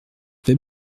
fais